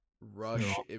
Rush